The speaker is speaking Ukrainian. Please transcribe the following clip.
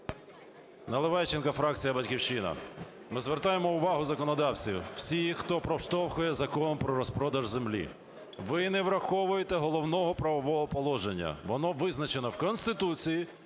Наливайченко, фракція "Батьківщина". Ми звертаємо увагу законодавців: всі, хто проштовхує Закон про розпродаж землі, ви не враховуєте головного правового положення. Воно визначено в Конституції,